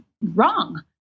wrong